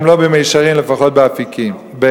אם לא במישרין לפחות בעקיפין.